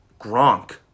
Gronk